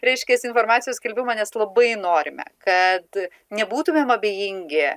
reiškiasi informacijos skelbimo nes labai norime kad nebūtumėm abejingi